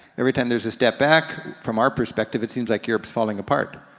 every time there's a step back, from our perspective, it seems like europe's falling apart.